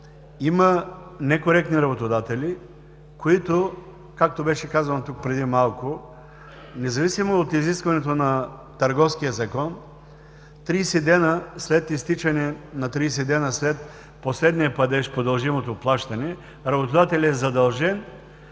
има некоректни работодатели, които, както беше казано тук преди малко, независимо от изискването на Търговския закон – „30 дни след изтичане последния падеж по дължимото плащане, работодателят е задължен